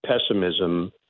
pessimism